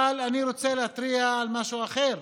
אבל אני רוצה להתריע על משהו אחר,